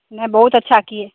नहीं बहुत अच्छा किए